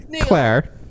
Claire